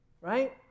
Right